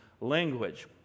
language